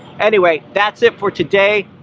anyway, that's it for today.